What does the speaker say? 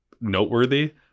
noteworthy